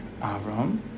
Avram